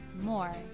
more